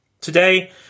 Today